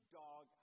dog